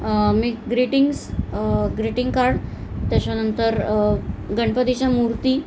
मी greetings greeting card त्याच्यानंतर गणपतीच्या मूर्ती